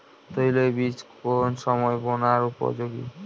তৈল বীজ কোন সময় বোনার উপযোগী?